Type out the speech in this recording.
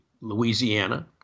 Louisiana